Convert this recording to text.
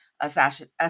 assassination